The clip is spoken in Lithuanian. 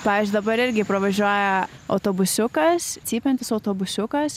pavyzdžiui dabar irgi pravažiuoja autobusiukas cypiantis autobusiukas